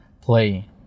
play